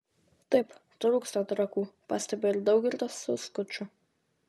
taip trūksta trakų pastebi ir daugirdas su skuču